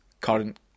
current